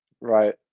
Right